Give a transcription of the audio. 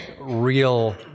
real